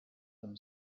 them